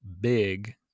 big